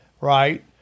right